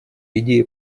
идеи